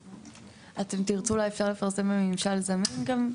אתם תרצו, אולי אפשר לפרסם בממשל זמין גם.